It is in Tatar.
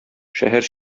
шәһәр